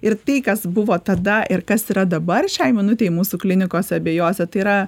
ir tai kas buvo tada ir kas yra dabar šiai minutei mūsų klinikose abejose tai yra